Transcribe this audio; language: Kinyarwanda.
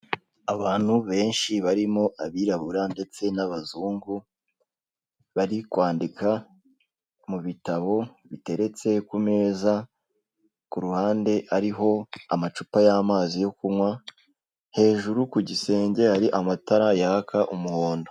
Abantu benshi barimo abirabura ndetse n'abazungu, bari kwandika mu bitabo biteretse ku meza, ku ruhande hariho amacupa y'amazi yo kunywa, hejuru ku gisenge hari amatara yaka umuhondo.